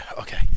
Okay